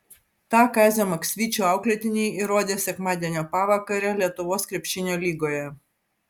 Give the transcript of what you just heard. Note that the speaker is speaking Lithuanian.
tą kazio maksvyčio auklėtiniai įrodė sekmadienio pavakarę lietuvos krepšinio lygoje